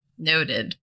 Noted